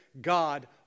God